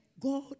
God